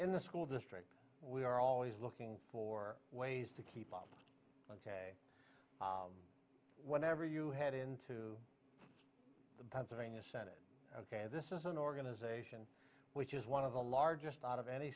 in the school district we are always looking for ways to keep on k whenever you head into the pennsylvania senate ok this is an organization which is one of the largest out of any